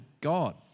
God